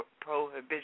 prohibition